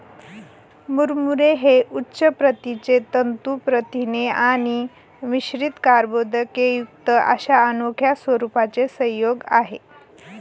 मुरमुरे हे उच्च प्रतीचे तंतू प्रथिने आणि मिश्रित कर्बोदकेयुक्त अशा अनोख्या स्वरूपाचे संयोग आहे